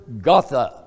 Gotha